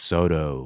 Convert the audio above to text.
Soto